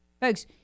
Folks